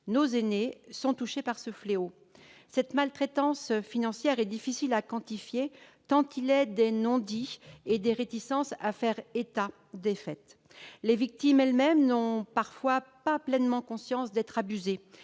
nos aînés - sont touchées par ce fléau. Cette maltraitance financière est difficile à quantifier tant il est de non-dits et de réserves à faire état des faits. Les victimes elles-mêmes n'ont parfois pas pleinement conscience d'être abusées